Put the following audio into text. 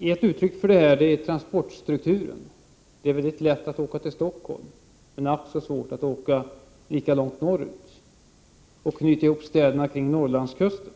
Ett uttryck för detta är transportstrukturen — det är lätt att åka till Stockholm, men ack så svårt att åka lika långt norrut. Förbindelserna mellan städerna är inte särskilt välutvecklade.